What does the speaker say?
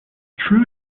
true